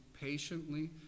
patiently